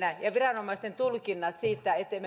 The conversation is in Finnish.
ja ja viranomaisten tulkinnat siitä ettemme